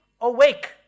awake